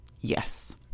Yes